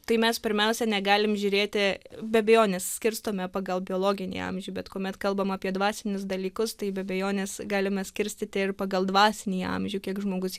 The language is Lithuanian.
tai mes pirmiausia negalim žiūrėti be abejonės skirstome pagal biologinį amžių bet kuomet kalbam apie dvasinius dalykus tai be abejonės galime skirstyti ir pagal dvasinį amžių kiek žmogus